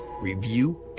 review